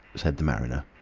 said the mariner.